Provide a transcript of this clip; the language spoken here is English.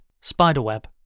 Spiderweb